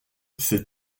ses